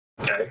Okay